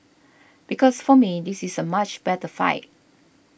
because for me this is a much better fight